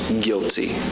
guilty